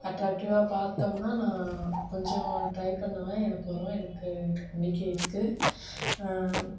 அட்ராக்டிவ்வாக பார்த்தோம்னா நான் கொஞ்சம் ட்ரை பண்ணுவேன் எனக்கு வரும் எனக்கு நம்பிக்கை இருக்குது